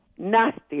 nasty